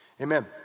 Amen